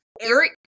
Eric